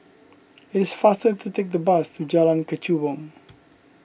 it is faster to take the bus to Jalan Kechubong